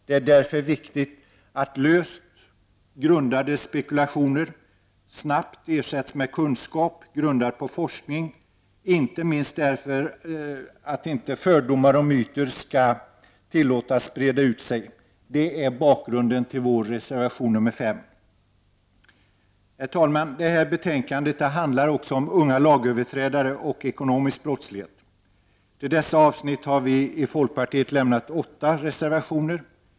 Det är därför viktigt att löst grundade spekulationer snabbt ersätts med kunskap grundad på forskning. Det är viktigt inte minst därför att inte fördomar och myter skall tillåtas breda ut sig. Det är bakgrunden till vår reservation nr 5. Herr talman! Detta betänkande handlar också om unga lagöverträdare och om ekonomisk brottslighet. Till dessa avsnitt har vi i folkpartiet lämnat åtta reservationer.